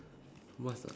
what's the